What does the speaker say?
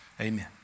amen